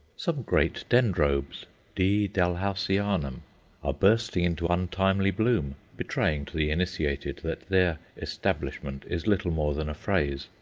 some great dendrobes d. dalhousianum are bursting into untimely bloom, betraying to the initiated that their establishment is little more than a phrase.